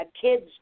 kids